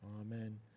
Amen